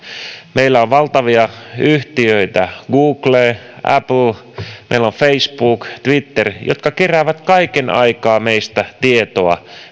meillä on valtavia yhtiöitä google apple meillä on facebook twitter jotka keräävät kaiken aikaa meistä tietoa